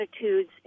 attitudes